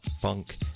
funk